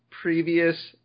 previous